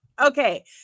okay